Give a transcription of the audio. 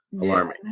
alarming